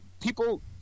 people